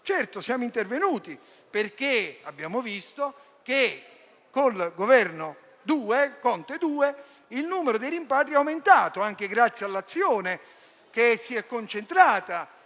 Certamente siamo intervenuti e abbiamo visto che con il Governo Conte 2 il numero dei rimpatri è aumentato, anche grazie all'azione che si è concentrata